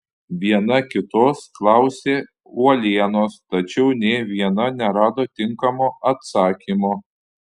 viena kitos klausė uolienos tačiau nė viena nerado tinkamo atsakymo